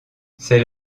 c’est